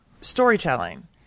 storytelling